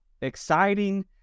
Exciting